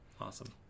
awesome